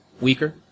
weaker